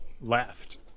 left